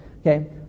Okay